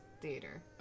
theater